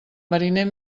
mariner